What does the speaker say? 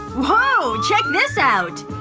woah! check this out!